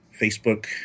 Facebook